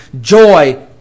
joy